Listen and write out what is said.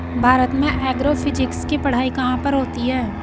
भारत में एग्रोफिजिक्स की पढ़ाई कहाँ पर होती है?